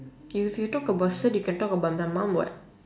if you talk about cert you can talk about the mum [what]